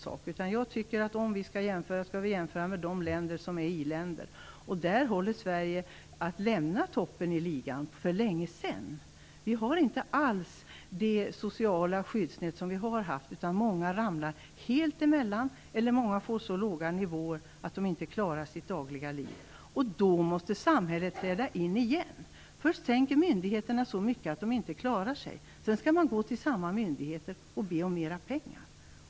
Skall vi jämföra oss med några länder skall det vara iländer, och där har Sverige lämnat toppen i ligan för länge sedan. Vi har inte alls det sociala skyddsnät som vi har haft. Många ramlar helt emellan; andra får så låga nivåer att de inte klarar sitt dagliga liv. Då måste samhället träda in igen! Först sänker myndigheterna så mycket att människor inte klarar sig, och sedan skall de gå till samma myndigheter och be om mera pengar!